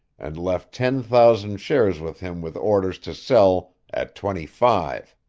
and left ten thousand shares with him with orders to sell at twenty-five.